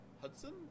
Hudson